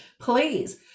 please